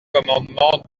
commandement